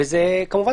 כמובן,